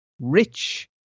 rich